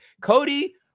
Cody